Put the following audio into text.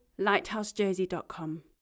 lighthousejersey.com